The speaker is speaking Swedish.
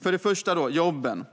För det första gäller det jobben.